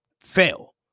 fail